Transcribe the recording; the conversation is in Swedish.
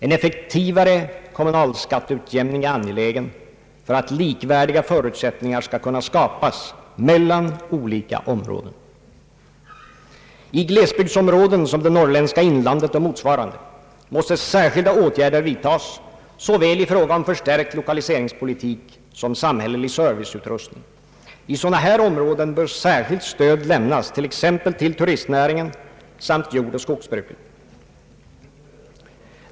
En effektivare kommunalskatteutjämning är angelägen för att likvärdiga förutsättningar skall kunna skapas mellan olika områden. I glesbygdsområden som det norrländska inlandet och motsvarande måste särskilda åtgärder vidtas såväl i fråga om förstärkt lokaliseringspolitik som samhällelig serviceutrustning. I sådana områden bör särskilt stöd lämnas t.ex. till turistnäringen samt jordoch skogsbruket.